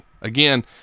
Again